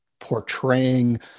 portraying